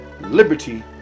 liberty